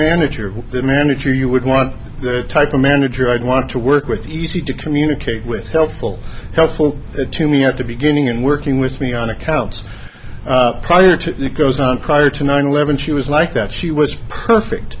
manager of a manager you would want the type of manager i'd want to work with easy to communicate with helpful helpful to me at the beginning and working with me on accounts prior to goes on prior to nine eleven she was like that she was perfect